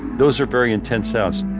those are very intense sounds.